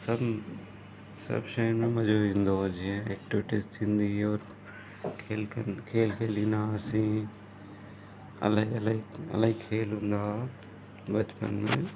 सभु सभु शयुनि में मज़ो ईंदो हुओ जीअं एक्टिवीटिस थींदी हुओ खेल खेलींदा हुआसीं अलॻि अलॻि इलाही खेल हूंदा हुआ बचपन में